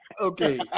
Okay